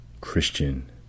Christian